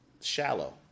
shallow